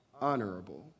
honorable